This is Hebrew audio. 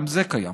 גם זה קיים,